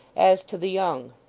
as to the young.